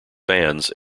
fans